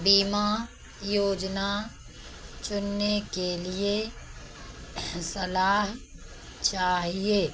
बीमा योजना चुनने के लिए सलाह चाहिए